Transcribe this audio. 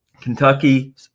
Kentucky